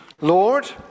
Lord